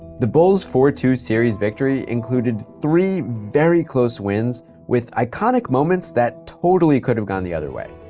the bulls four two series victory included three very close wins with iconic moments that totally could've gone the other way.